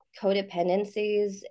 codependencies